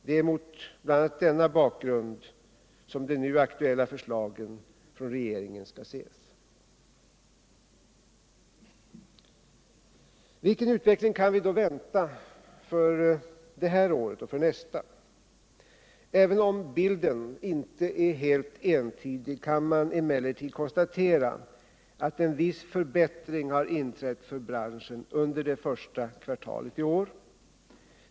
Det är mot bl.a. denna bakgrund som regeringens nu aktuella förslag skall Vilken utveckling kan vi då vänta för det här året och för nästa? Även om bilden inte är helt entydig, kan man emellertid konstatera att en viss förbättring har inträtt i branschen under det första kvartalet i år.